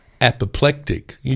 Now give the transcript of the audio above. apoplectic